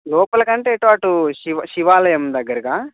లోపలి కంటే ఇటు అటు శివ శివాలయం దగ్గరికా